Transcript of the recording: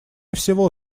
всего